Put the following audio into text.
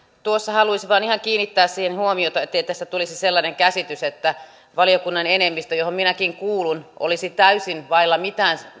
tuossa haluaisin ihan vain kiinnittää siihen huomiota ettei tästä tulisi sellainen käsitys että valiokunnan enemmistö johon minäkin kuulun olisi täysin vailla mitään